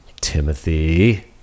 Timothy